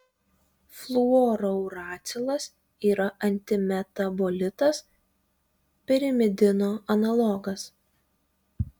fluorouracilas yra antimetabolitas pirimidino analogas